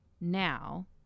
now